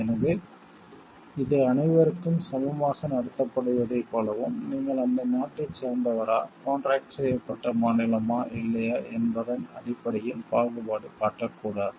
எனவே அது அனைவருக்கும் சமமாக நடத்தப்படுவதைப் போலவும் நீங்கள் அந்த நாட்டைச் சேர்ந்தவரா கான்ட்ராக்ட் செய்யப்பட்ட மாநிலமா இல்லையா என்பதன் அடிப்படையில் பாகுபாடு காட்டக் கூடாது